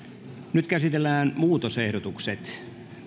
nyt käsitellään muutosehdotukset